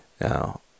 now